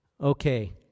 Okay